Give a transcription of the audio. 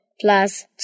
plus